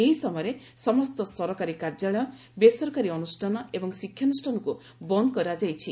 ଏହି ସମୟରେ ସମସ୍ତ ସରକାରୀ କାର୍ଯ୍ୟାଳୟ ବେସରକାରୀ ଅନୁଷ୍ଠାନ ଏବଂ ଶିକ୍ଷାନୁଷ୍ଠାନକୁ ବନ୍ଦ କରାଯାଇଛି